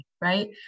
right